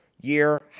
year